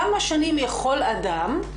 כמה שנים יכול אדם,